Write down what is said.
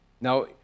Now